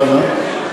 למה?